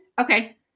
Okay